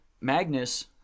Magnus